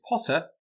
Potter